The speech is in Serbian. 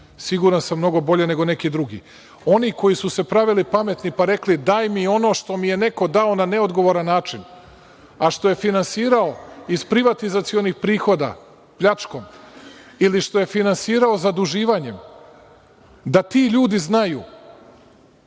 Sigurna sam mnogo bolje neko neki drugi. Oni koji su se pravili pametni pa rekli, dajmi ono što mi je neko dao na neodgovoran način, a što je finansirao iz privatizacionih prihoda, pljačkom, ili što je finansirao zaduživanjem, da ti ljudi znaju